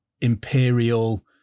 imperial